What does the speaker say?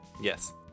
Yes